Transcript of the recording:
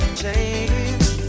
change